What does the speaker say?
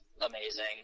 amazing